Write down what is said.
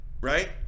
right